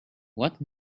what